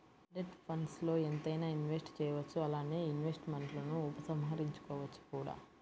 debt ఫండ్స్ల్లో ఎంతైనా invest చేయవచ్చు అలానే ఇన్వెస్ట్మెంట్స్ను ఉపసంహరించుకోవచ్చు కూడా